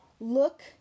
look